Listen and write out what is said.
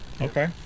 Okay